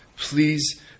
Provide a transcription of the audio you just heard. Please